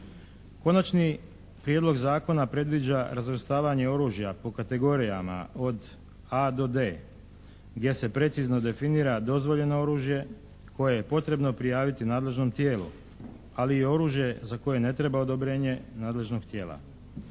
Konačni prijedlog Zakona predviđa razvrstavanje oružja po kategorijama od A do D gdje se precizno definira dozvoljeno oružje koje je potrebno prijaviti nadležnom tijelu, ali i oružje za koje ne treba odobrenje nadležnog tijela.